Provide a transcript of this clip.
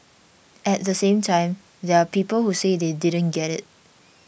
at the same time there are people who say they didn't get it